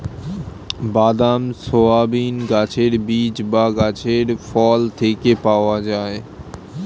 বাদাম, সয়াবিন গাছের বীজ বা গাছের ফল থেকে পাওয়া যায়